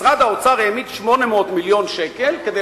משרד האוצר העמיד 800 מיליון שקל כדי